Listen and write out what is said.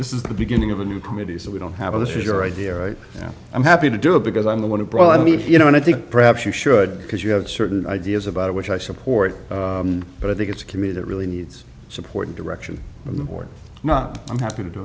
this is the beginning of a new committee so we don't have a this is your idea right now i'm happy to do it because i'm the one who brought me you know and i think perhaps you should because you have certain ideas about which i support but i think it's a committee that really needs support and direction from them or not i'm happy to do